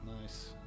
Nice